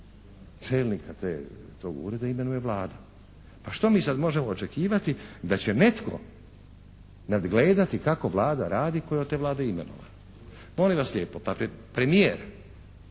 Čelnika tog ureda imenuje Vlada. A što mi sada možemo očekivati da će netko nadgledati kako Vlada radi tko je od te Vlade imenovan. Molim vas lijepo, pa premijer,